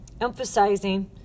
emphasizing